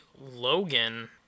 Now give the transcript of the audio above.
Logan